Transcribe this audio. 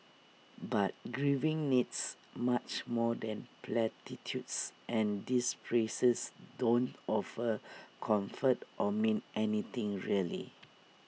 but grieving needs much more than platitudes and these phrases don't offer comfort or mean anything really